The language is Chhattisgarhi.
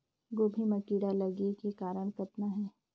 गोभी म कीड़ा लगे के कारण कतना हे?